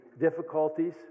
difficulties